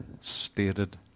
stated